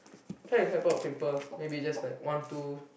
try to help out people maybe just like one two